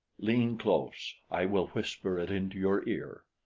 lean close i will whisper it into your ear.